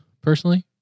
personally